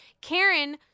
Karen